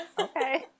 Okay